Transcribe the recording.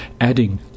adding